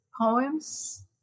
poems